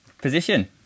Position